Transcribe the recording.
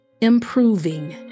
improving